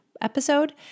Episode